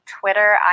Twitter